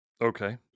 Okay